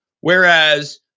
Whereas